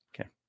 Okay